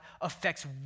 affects